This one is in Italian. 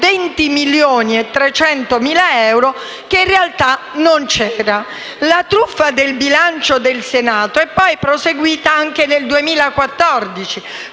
20.300.000 euro che in realtà non c'era. La truffa del bilancio del Senato è poi proseguita anche nel 2014